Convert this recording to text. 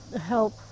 help